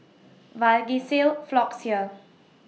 Vagisil Floxia